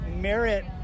merit